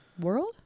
world